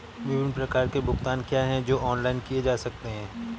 विभिन्न प्रकार के भुगतान क्या हैं जो ऑनलाइन किए जा सकते हैं?